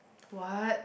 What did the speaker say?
what